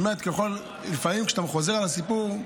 היא אומרת: לפעמים כשאתה חוזר על הסיפור,